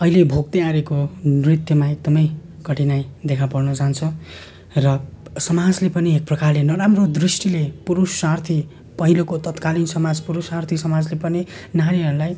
अहिले भोग्दैआएको नृत्यमा एकदमै कठिनाइ देखापर्न जान्छ र समाजले पनि एक प्रकारले नराम्रो दृष्टिले पुरुषार्थी पहिलोको तत्कालीन समाज पुरुषार्थी समाजले पनि नारीहरूलाई